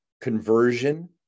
conversion